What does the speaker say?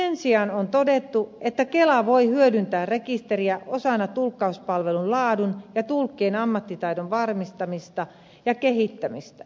sen sijaan on todettu että kela voi hyödyntää rekisteriä osana tulkkauspalvelun laadun ja tulkkien ammattitaidon varmistamista ja kehittämistä